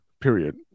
period